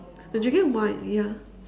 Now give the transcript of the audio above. they're drinking wine ya